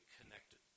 connected